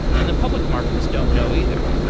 and the public markets don't know either,